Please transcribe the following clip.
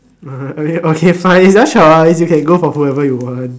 okay okay fine you can go for whoever you want